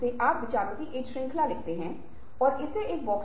दूसरे पक्ष के विचारों को वैध के रूप में पहचानें